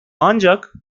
ancak